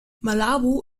malabo